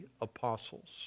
apostles